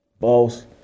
boss